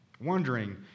Wondering